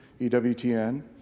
EWTN